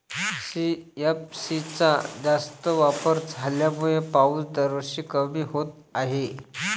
CFC चा जास्त वापर झाल्यामुळे पाऊस दरवर्षी कमी होत आहे